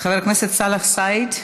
חבר הכנסת סאלח סעד.